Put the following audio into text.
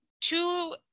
two